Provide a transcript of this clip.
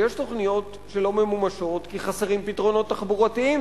שיש תוכניות שלא ממומשות כי חסרים פתרונות תחבורתיים,